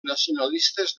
nacionalistes